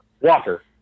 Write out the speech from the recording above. Walker